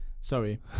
Sorry